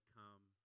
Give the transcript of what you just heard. come